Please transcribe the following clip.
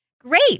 Great